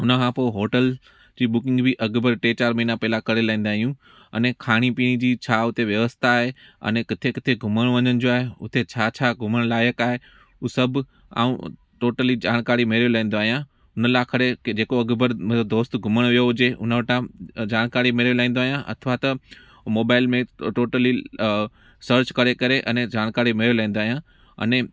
हुन खां पोइ होटल जी बुकिंग बि अॻु भर टे चारि महिना पहला करे लाहींदा आहियूं अने खाणी पीअणी जी छा हुते व्यवस्था आहे अने किथे किथे घुमण वञण जो आए हुते छा छा घुमण लाइक़ु आहे उहे सभु ऐं टोटली जानकाड़ी मिले लहिंदो आहियां मिला करे कि जेको अॻु भर मुंहिंजो दोस्त घुमण वियो हुजे हुन वटां जानकाड़ी मिले लहिंदो आयां अथवा त मोबाइल में टोटली सर्च करे करे अने जानकाड़ी मिले लहिंदो आहियां अने